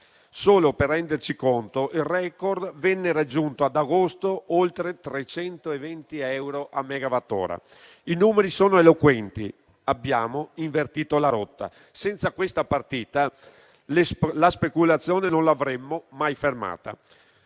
Solo per renderci conto, il record venne raggiunto ad agosto con oltre 320 euro per megawattora. I numeri sono eloquenti: abbiamo invertito la rotta. Senza questa partita non avremmo mai fermato